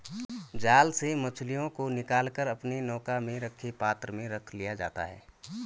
जाल से मछलियों को निकाल कर अपने नौका में रखे पात्र में रख लिया जाता है